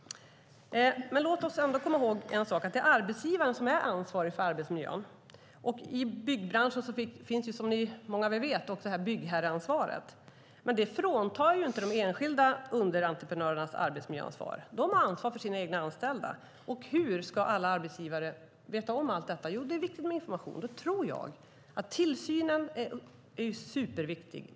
Men låt oss ändå komma ihåg en sak, nämligen att det är arbetsgivaren som är ansvarig för arbetsmiljön. I byggbranschen finns som många vet ett byggherreansvar. Men det fråntar inte de enskilda underentreprenörerna deras arbetsmiljöansvar. De har ansvar för sina egna anställda. Hur ska alla arbetsgivare veta om allt detta? Jo, det är viktigt med information. Då är tillsynen superviktig.